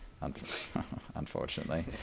unfortunately